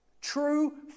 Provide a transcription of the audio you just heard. True